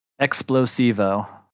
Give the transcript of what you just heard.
Explosivo